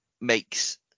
makes